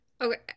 Okay